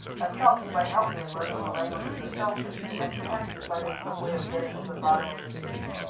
i felt he might help me in learning the language of the shellfish and perhaps in finding some way of getting to the bottom of the sea.